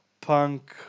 punk